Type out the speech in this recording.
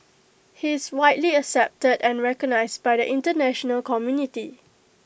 he is widely accepted and recognised by the International community